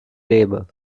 labor